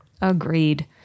agreed